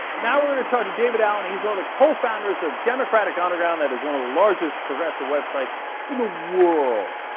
now we're going to talk to david allen. he's one of the co-founders of democratic underground, that is one of the largest progressive websites in the world.